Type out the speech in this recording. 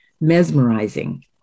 mesmerizing